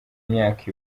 myaka